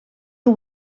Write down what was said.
nhw